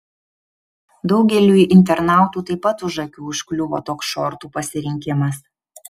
daugeliui internautų taip pat už akių užkliuvo toks šortų pasirinkimas